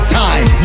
time